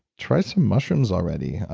try some mushrooms already.